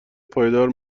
پایدار